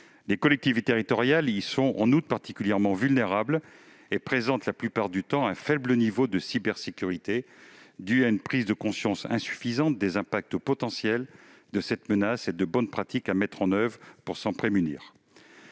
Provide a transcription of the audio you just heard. Les collectivités territoriales y sont particulièrement vulnérables et présentent la plupart du temps un faible niveau de cybersécurité, dû à une prise de conscience insuffisante des impacts potentiels de cette menace et des bonnes pratiques à mettre en oeuvre pour s'en prémunir.